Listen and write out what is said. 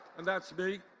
and that is me.